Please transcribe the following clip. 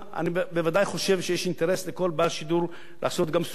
אני בוודאי חושב שיש אינטרס לכל בעל שידור לעשות גם סוגה עילית,